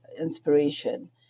inspiration